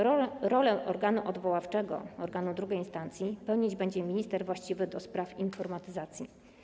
Rolę organu odwoławczego, tj. organu II instancji, pełnić będzie minister właściwy do spraw informatyzacji.